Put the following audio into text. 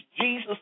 Jesus